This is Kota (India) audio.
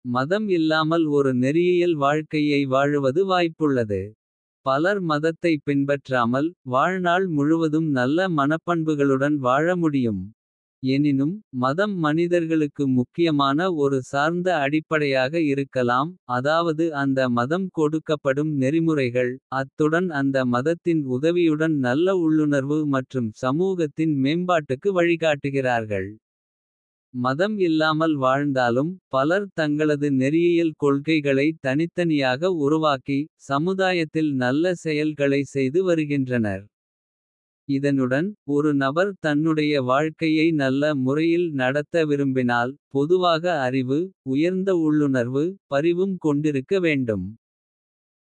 மதம் இல்லாமல் ஒரு நெறியியல் வாழ்க்கையை வாழுவது. வாய்ப்புள்ளது பலர் மதத்தை பின்பற்றாமல். வாழ்நாள் முழுவதும் நல்ல மனப்பண்புகளுடன் வாழ முடியும். எனினும் மதம் மனிதர்களுக்கு முக்கியமான ஒரு. சார்ந்த அடிப்படையாக இருக்கலாம் அதாவது அந்த மதம். கொடுக்கப்படும் நெறிமுறைகள் அத்துடன் அந்த மதத்தின். உதவியுடன் நல்ல உள்ளுணர்வு மற்றும் சமூகத்தின் மேம்பாட்டுக்கு. வழிகாட்டுகிறார்கள் மதம் இல்லாமல் வாழ்ந்தாலும். பலர் தங்களது நெறியியல் கொள்கைகளை தனித்தனியாக உருவாக்கி. சமுதாயத்தில் நல்ல செயல்களை செய்து வருகின்றனர் இதனுடன். ஒரு நபர் தன்னுடைய வாழ்க்கையை நல்ல முறையில். நடத்த விரும்பினால் பொதுவாக அறிவு உயர்ந்த உள்ளுணர்வு. பரிவும் கொண்டிருக்க வேண்டும்.